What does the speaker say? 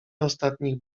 ostatnich